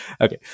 okay